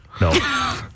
No